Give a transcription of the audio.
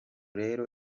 rero